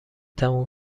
تموم